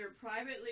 privately